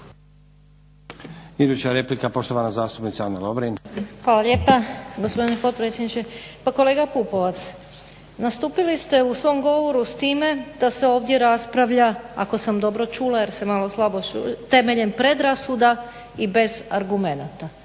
Hvala lijepa gospodine potpredsjedniče. Pa kolega Pupovac, nastupili ste u svom govoru s time da se ovdje raspravlja ako sam dobro čula, jer se malo slabo, temeljem predrasuda i bez argumenata.